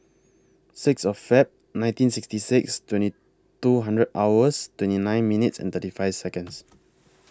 Sixth of Feb nineteen sixty six twenty two hours twenty nine minutes and thirty five Seconds